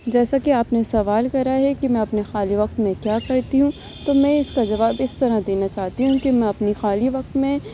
جیسا کہ آپ نے سوال کرا ہے کہ میں اپنے خالی وقت میں کیا کرتی ہوں تو میں اس کا جواب اس طرح دینا چاہتی ہوں کہ میں اپنی خالی وقت میں